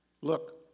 look